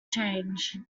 change